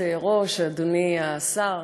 גברתי היושבת-ראש, אדוני השר,